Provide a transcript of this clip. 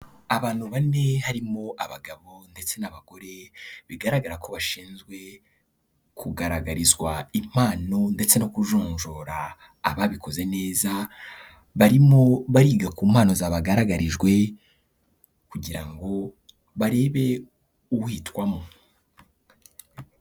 Abantu bane harimo abagabo ndetse n'abagore bigaragara ko bashinzwe kugaragarizwa impano ndetse no kujonjora ababikoze neza, barimo bariga ku mpano zabagaragarijwe kugira ngo barebe uhitwamo.